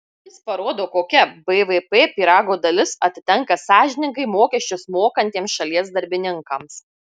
jis parodo kokia bvp pyrago dalis atitenka sąžiningai mokesčius mokantiems šalies darbininkams